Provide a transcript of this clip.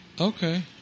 Okay